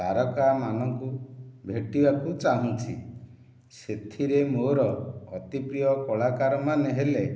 ତାରକା ମାନଙ୍କୁ ଭେଟିବାକୁ ଚାହୁଁଛି ସେଥିରେ ମୋର ଅତିପ୍ରିୟ କଳାକାରମାନେ ହେଲେ